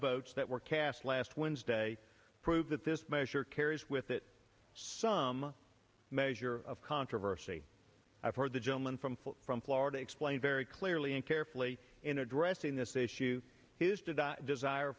votes that were cast last wednesday prove that this measure carries with it some measure of controversy i've heard the gentleman from florida explained very clearly and carefully in addressing this issue